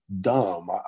dumb